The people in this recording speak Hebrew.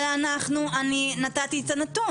אבל אנחנו, אני נתתי לו את הנתון.